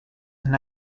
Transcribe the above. and